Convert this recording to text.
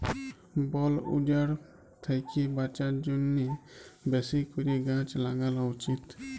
বল উজাড় থ্যাকে বাঁচার জ্যনহে বেশি ক্যরে গাহাচ ল্যাগালো উচিত